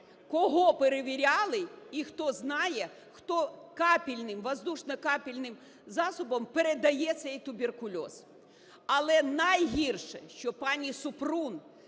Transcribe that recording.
кого перевіряли і хто знає, хто капельним, воздушно-капельним засобом передає цей туберкульоз. Але найгірше, що пані Супрун